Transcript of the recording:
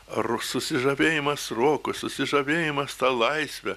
ru susižavėjimas roku susižavėjimas ta laisve